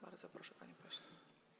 Bardzo proszę, panie pośle.